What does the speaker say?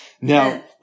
Now